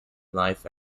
life